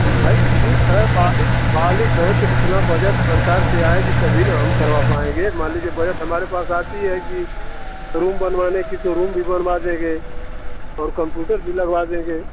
हाँ भाई ठीक है मालिक मालिक है तो उतना बजट सरकार से आएगी तभी ना हम करवा पाएँगे मान लीजिए बजट हमारे पास आती है कि रूम बनवाने की तो रूम भी बनवा देंगे और कम्प्यूटर भी लगवा देंगे